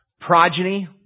progeny